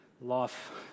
life